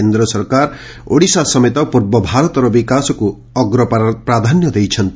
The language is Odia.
କେନ୍ଦ୍ ସରକାର ଓଡିଶା ସମେତ ପୂର୍ବ ଭାରତର ବିକାଶକୁ ଅଗ୍ରପ୍ରାଧାନ୍ୟ ଦେଇଛନ୍ତି